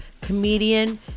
comedian